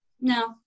no